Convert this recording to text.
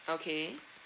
okay